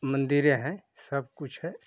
मंदिरें है सब कुछ है